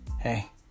hey